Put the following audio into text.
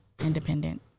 Independent